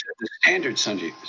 the standard sunny,